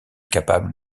capable